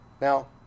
Now